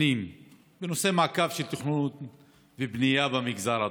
הפנים בנושא המעקב אחר התכנון והבנייה במגזר הערבי.